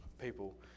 people